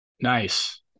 Nice